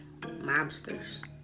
mobsters